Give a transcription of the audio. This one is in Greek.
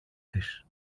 της